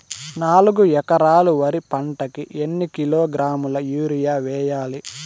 నాలుగు ఎకరాలు వరి పంటకి ఎన్ని కిలోగ్రాముల యూరియ వేయాలి?